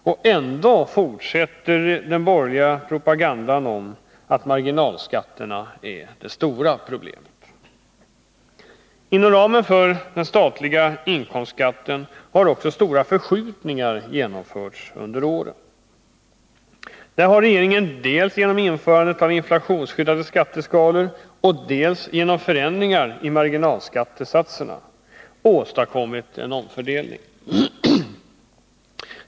Och ändå fortsätter den borgerliga propagandan om att marginalskatterna är det stora problemet. Inom ramen för den statliga inkomstskatten har också stora förskjutningar genomförts under åren. Där har regeringen dels genom införandet av inflationsskyddade skatteskalor, dels genom förändringar i marginalskattesatserna åstadkommit en omfördelning.